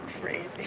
crazy